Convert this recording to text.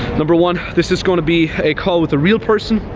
number one, this is gonna be a call with a real person,